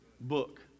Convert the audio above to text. book